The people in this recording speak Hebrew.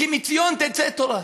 כי מציון תצא תורה.